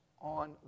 on